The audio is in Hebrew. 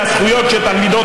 בבקשה, גליק.